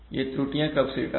ये त्रुटियां कब स्वीकार्य है